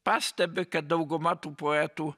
pastebi kad dauguma tų poetų